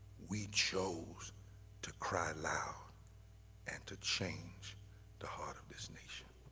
we chose to cry loud and to change the heart of this nation.